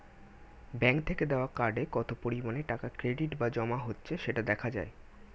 bank থেকে দেওয়া কার্ডে কত পরিমাণে টাকা ক্রেডিট বা জমা হচ্ছে সেটা দেখা যায়